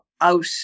out